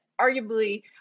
arguably